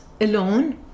alone